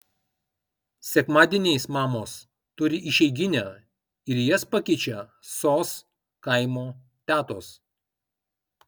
sekmadieniais mamos turi išeiginę ir jas pakeičia sos kaimo tetos